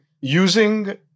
using